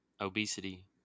obesity